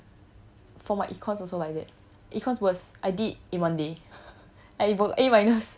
and the thing is for my econs also like that econs was I did in one day